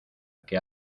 que